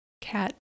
cat